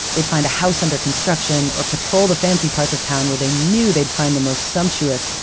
they'd find a house under construction, or patrol the fancy parts of town where they knew they'd find the most sumptuous,